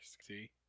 see